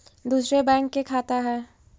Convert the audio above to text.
दुसरे बैंक के खाता हैं?